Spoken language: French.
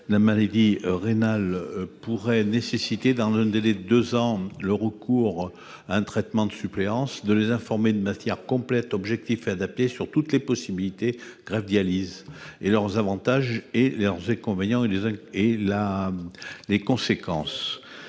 la maladie rénale pourrait nécessiter, dans un délai de deux ans, le recours à un traitement de suppléance, de les informer de manière complète, objective et adaptée, sur toutes les possibilités de greffe et de dialyse, leurs avantages et leurs inconvénients, ainsi que leurs conséquences.